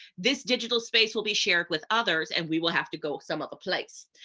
this digital space will be shared with others and we will have to go some other place.